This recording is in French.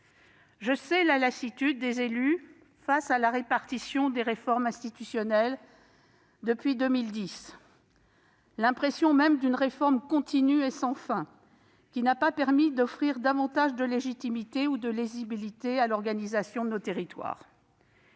Je sais la lassitude des élus face à la répétition des réformes institutionnelles depuis 2010, l'impression même d'une réforme continue et sans fin, qui n'a pas permis d'offrir davantage de légitimité ou de lisibilité à l'organisation de nos territoires.